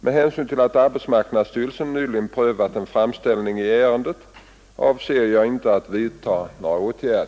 Med hänsyn till att arbetsmarknadsstyrelsen nyligen prövat en framställning i ärendet avser jag inte att vidta någon åtgärd.